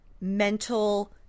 mental